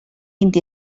vint